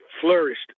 flourished